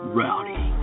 rowdy